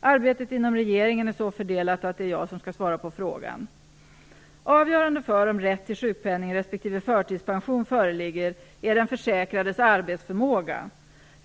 Arbetet inom regeringen är så fördelat att det är jag som skall svara på frågan. Avgörande för om rätt till sjukpenning respektive förtidspension föreligger är den försäkrades arbetsförmåga.